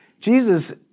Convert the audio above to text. Jesus